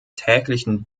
täglichen